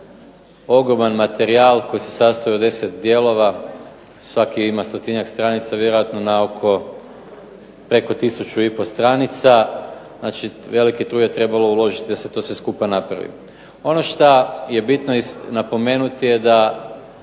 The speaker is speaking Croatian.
ogroman materijal koji se sastoji od deset dijelova, svaki ima stotinjak stranica vjerojatno na oko preko tisuću i pol stranica. Znači, tu je trebali uložiti veliki da se to sve skupa napravi. Ono šta je bitno napomenuti je da